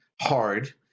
hard